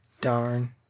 Darn